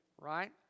right